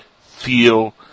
feel